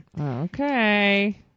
Okay